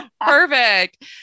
Perfect